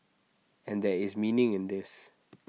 and there is meaning in this